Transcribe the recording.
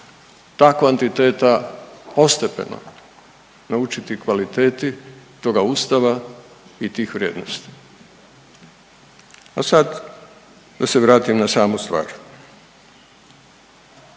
ta kvantiteta postepeno naučiti kvaliteti toga ustava i tih vrijednosti, a sad da se vratim na samu stvar.